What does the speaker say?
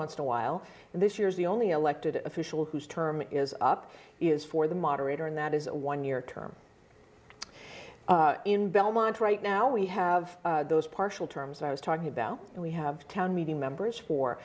once in a while and this year is the only elected official whose term is up is for the moderator and that is a one year term in belmont right now we have those partial terms i was talking about we have town meeting members for